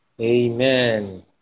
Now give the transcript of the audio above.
Amen